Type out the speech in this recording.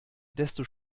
desto